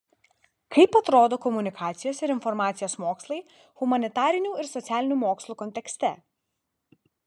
kaip atrodo komunikacijos ir informacijos mokslai humanitarinių ir socialinių mokslų kontekste